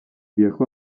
viajó